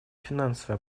финансовая